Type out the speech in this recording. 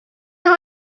now